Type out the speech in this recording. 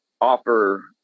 offer